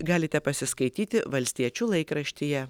galite pasiskaityti valstiečių laikraštyje